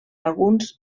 alguns